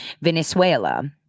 Venezuela